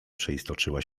przeistoczyła